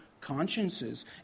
consciences